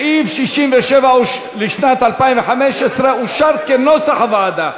סעיף 67 לשנת 2015 אושר, כנוסח הוועדה.